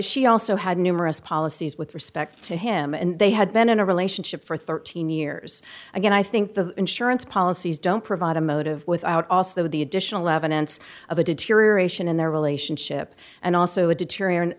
she also had numerous policies with respect to him and they had been in a relationship for thirteen years again i think the insurance policies don't provide a motive without also the additional evidence of a deterioration in their relationship and also a deter